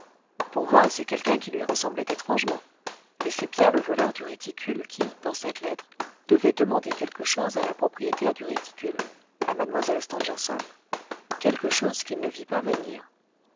pour moi c'est quelqu'un qui lui ressemblait étrangement et c'est bien le voleur du réticule qui dans cette lettre devait demander quelque chose à la propriétaire du réticule à mlle stangerson quelque chose qu'il ne vit pas venir